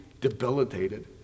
debilitated